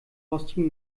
rostigen